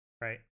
right